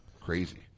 Crazy